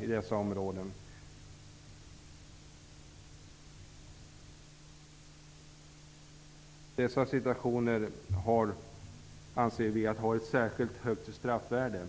Vi anser att dessa situationer har ett särskilt högt straffvärde.